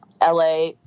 LA